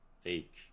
fake